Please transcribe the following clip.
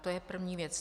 To je první věc.